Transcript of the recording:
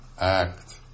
act